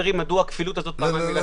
לכפילות.